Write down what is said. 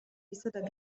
بسبب